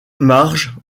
marge